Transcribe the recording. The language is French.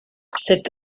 cette